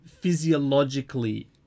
physiologically